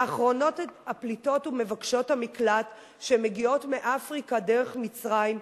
ואחרונות הן הפליטות ומבקשות המקלט שמגיעות מאפריקה דרך מצרים,